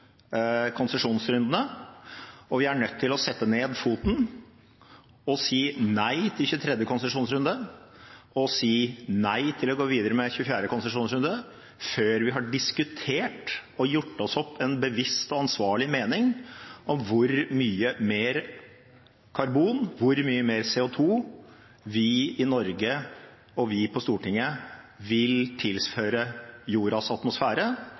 konsesjonsrundene, og vi er nødt til å sette ned foten og si nei til 23. konsesjonsrunde og si nei til å gå videre med 24. konsesjonsrunde før vi har diskutert og gjort oss opp en bevisst og ansvarlig mening om hvor mye mer karbon, hvor mye mer CO 2 , vi i Norge og vi på Stortinget vil tilføre jordas atmosfære.